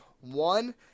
One